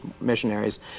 missionaries